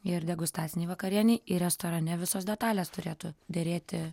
ir degustacinėj vakarienėj restorane visos detalės turėtų derėti